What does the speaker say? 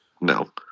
no